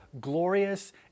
glorious